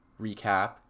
recap